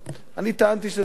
אני טענתי שזה לא היה כך.